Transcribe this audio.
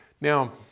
Now